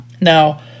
Now